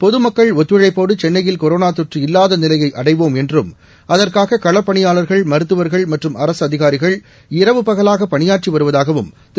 பொதுமக்கள் ஒத்துழைப்போடு சென்னையில் கொரோனா தொற்று இல்லாத நிலையை அடைவோம் என்றும் அதற்காக களப்பனியாளர்கள் மருத்துவர்கள் மற்றும் அரசு அதிகாரிகள் இரவு பகலாக பணியாற்றி வருவதாகவும் திரு